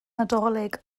nadolig